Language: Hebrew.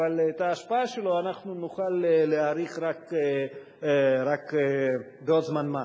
אבל את ההשפעה שלו אנחנו נוכל להעריך רק בעוד זמן מה.